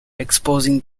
exposing